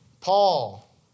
Paul